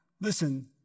listen